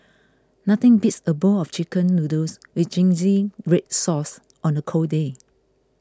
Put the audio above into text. nothing beats a bowl of Chicken Noodles with Zingy Red Sauce on a cold day